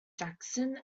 jackson